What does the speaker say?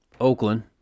Oakland